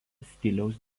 stiliaus